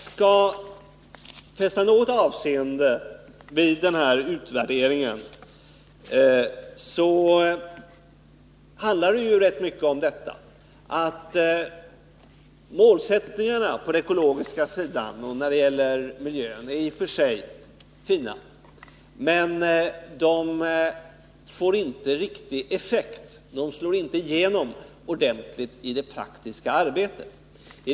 Skall man fästa något avseende vid utvärderingen, kan man säga att målsättningarna beträffande ekologin och miljön i och för sig är fina, men de slår inte igenom riktigt i det praktiska arbetet.